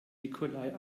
nikolai